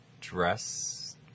dress